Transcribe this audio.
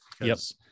yes